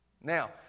Now